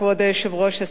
כבוד היושב-ראש,